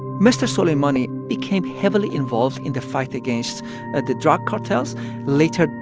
mr. soleimani became heavily involved in the fight against ah the drug cartels later,